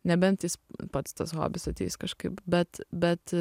nebent jis pats tas hobis ateis kažkaip bet bet